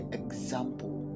example